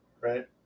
right